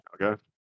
okay